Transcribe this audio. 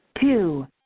Two